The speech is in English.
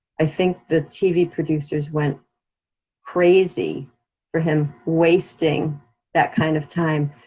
i think the tv producers went crazy for him wasting that kind of time,